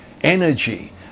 energy